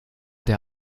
der